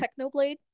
technoblade